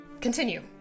Continue